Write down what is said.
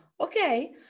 okay